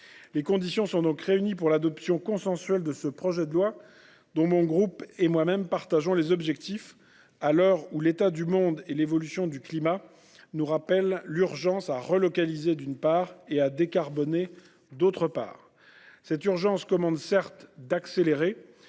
Les conditions sont donc réunies pour l’adoption consensuelle de ce projet de loi, dont mon groupe et moi-même partageons les objectifs, à l’heure où l’état du monde et l’évolution du climat nous rappellent l’urgence à relocaliser, d’une part, et à décarboner, d’autre part. Cette urgence commande certes d’accélérer,